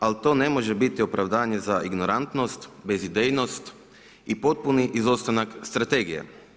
Ali, to ne može biti opravdanje za ignorantnost, bezidejnost i potpuni izostanak strategije.